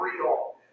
real